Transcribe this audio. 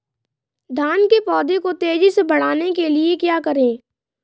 धान के पौधे को तेजी से बढ़ाने के लिए क्या करें?